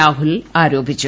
രാഹുൽ ആരോപിച്ചു